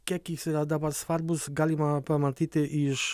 kiek jis yra dabar svarbus galima pamatyti iš